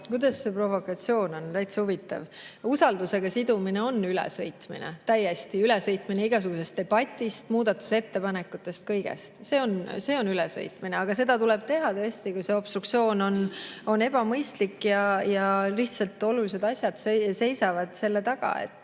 Kuidas see provokatsioon on? Täitsa huvitav! [Hoopis] usaldusega sidumine on ülesõitmine, täielik ülesõitmine igasugusest debatist, muudatusettepanekutest, kõigest. See on ülesõitmine. Aga seda tuleb teha, kui obstruktsioon on ebamõistlik ja olulised asjad lihtsalt seisavad selle taga. See